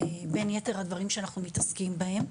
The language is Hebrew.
בין יתר הדברים שאנחנו מתעסקים בהם,